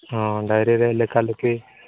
ହଁ ଡାଏରୀରେ ଲେଖାଲେଖି